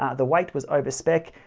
the weight was over spec,